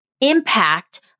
impact